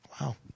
Wow